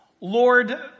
Lord